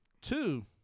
Two